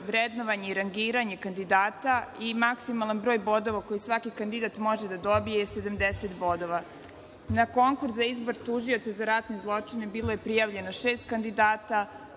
vrednovanje i rangiranje kandidata i maksimalan broj bodova, svaki kandidat može da dobije 70 bodova. Na konkurs za izbor tužioca za ratne zločine bilo je prijavljeno šest kandidata.